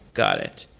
got it.